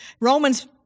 Romans